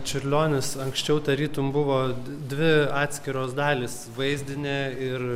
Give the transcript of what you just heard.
čiurlionis anksčiau tarytum buvo dvi atskiros dalys vaizdinė ir